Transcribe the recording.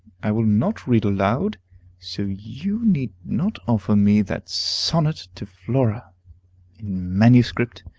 i will not read aloud so you need not offer me that sonnet to flora in manuscript,